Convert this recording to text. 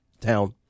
town